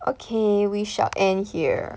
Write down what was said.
okay we shall end here